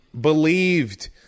believed